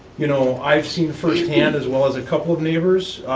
you know i've seen first hand, as well as a couple of neighbors,